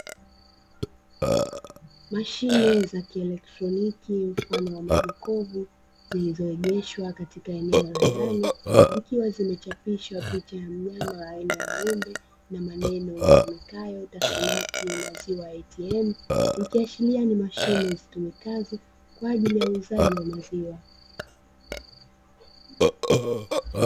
Mashine za kielektroniki mfano wa majokofu, zilizoegeshwa katika eneo la ndani zikiwa zimechapishwa picha ya mnyama aina ya ng'ombe, na maneno yasomekayo "Tassmatt maziwa ATM", ikiashiria ni mashine zitumikazo kwa ajili ya uuzaji wa maziwa.